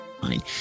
Fine